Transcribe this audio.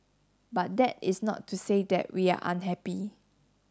but that is not to say that we are unhappy